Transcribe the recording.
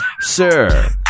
Sir